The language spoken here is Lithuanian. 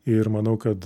ir manau kad